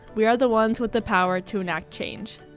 we are the ones with the power to enact change.